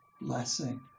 blessing